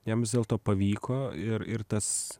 jam vis dėlto pavyko ir ir tas